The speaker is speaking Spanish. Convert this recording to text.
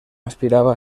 aspiraba